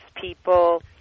people